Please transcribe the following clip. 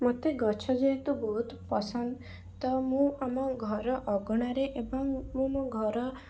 ମୋତେ ଗଛ ଯେହେତୁ ବହୁତ ପସନ୍ଦ ତ ମୁଁ ଆମଘର ଅଗଣାରେ ଏବଂ ମୁଁ ମୋ ଘର